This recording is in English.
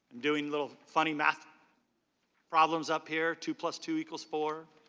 doing little funny math problems up here? two plus two equals four?